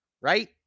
right